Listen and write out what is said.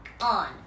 on